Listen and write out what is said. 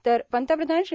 तर पंतप्रधान श्री